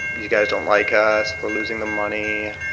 these guys don't like us for losing the money.